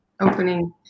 Opening